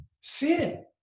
sin